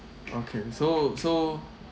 okay so so